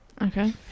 Okay